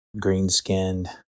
green-skinned